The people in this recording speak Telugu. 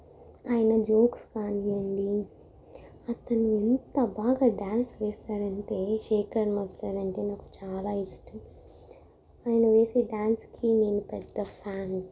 ఆయన జోక్స్ కానీయ్యండి అతను ఎంత బాగా డ్యాన్స్ వేస్తాడు అంటే శేఖర్ మాస్టర్ అంటే నాకు చాలా ఇష్టం ఆయన వేసే డ్యాన్స్కి నేను పెద్ద ఫ్యాన్